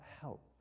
help